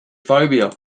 phobia